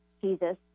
Jesus